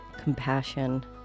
compassion